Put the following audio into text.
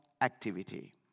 activity